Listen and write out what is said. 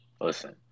Listen